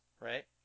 right